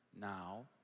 now